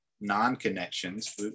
non-connections